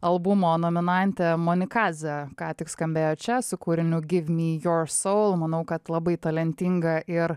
albumo nominantė monikazė ką tik skambėjo čia su kūriniu manau kad labai talentinga ir